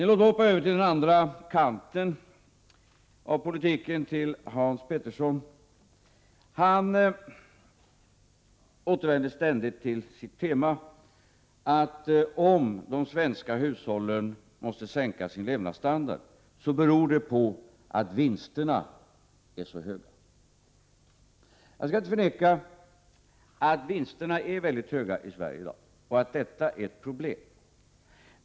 Låt mig så hoppa över till den andra kanten av politiken, till Hans Petersson. Han återvänder ständigt till sitt tema att om de svenska hushållen måste sänka sin levnadsstandard beror det på att vinsterna är så höga. Jag skall inte förneka att vinsterna är mycket höga i Sverige i dag och att detta är ett problem.